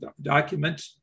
document